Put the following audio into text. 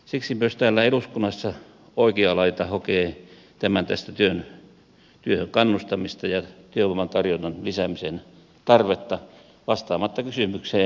siksi myös täällä eduskunnassa oikea laita hokee tämän tästä työhön kannustamista ja työvoiman tarjonnan lisäämisen tarvetta vastaamatta kysymykseen